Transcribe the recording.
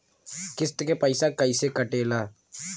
किस्त के पैसा कैसे कटेला?